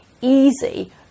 easy